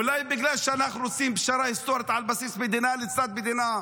אולי בגלל שאנחנו עושים פשרה היסטורית על בסיס מדינה לצד מדינה?